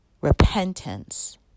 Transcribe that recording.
repentance